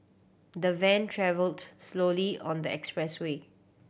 the van travelled slowly on the expressway